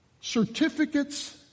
certificates